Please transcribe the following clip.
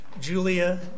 Julia